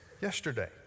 yesterday